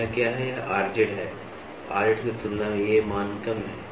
तो यह क्या है यह Rz है Rz की तुलना में ये मान कम हैं